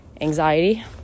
anxiety